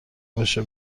باشه